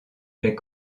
les